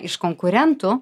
iš konkurentų